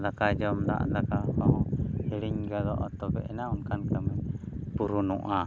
ᱫᱟᱠᱟ ᱡᱚᱢ ᱫᱟᱜ ᱫᱟᱠᱟ ᱠᱚ ᱦᱤᱲᱤᱧ ᱜᱚᱫᱚᱜᱼᱟ ᱛᱚᱵᱮ ᱮᱱᱟᱝ ᱚᱱᱠᱟᱱ ᱠᱟᱹᱢᱤ ᱯᱩᱨᱩᱱᱚᱜᱼᱟ